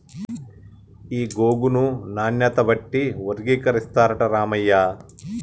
ఈ గోగును నాణ్యత బట్టి వర్గీకరిస్తారట రామయ్య